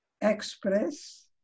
express